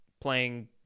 playing